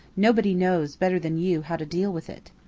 nobody knows better than you how to deal with it.